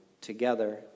together